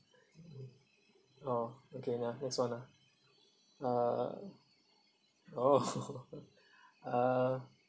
oh okay nah next [one] lah uh oh uh